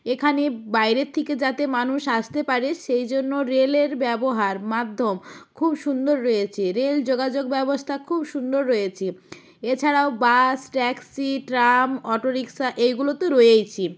এখানে বাইরের থেকে যাতে মানুষ আসতে পারে সেই জন্য রেলের ব্যবহার মাধ্যম খুব সুন্দর রয়েছে রেল যোগাযোগ ব্যবস্থা খুব সুন্দর রয়েছে এছাড়াও bus taxi tram auto rickshaw এইগুলো তো রয়েইছে